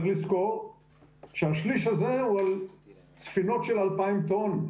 צריך לזכור שהשליש הזה הוא על ספינות של 2,000 טון,